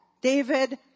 David